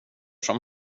som